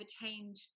attained